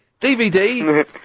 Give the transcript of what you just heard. DVD